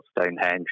Stonehenge